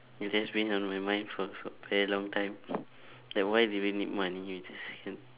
you guys been on my mind for for very long time like why do we need money you just you